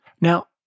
Now